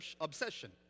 obsession